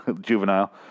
juvenile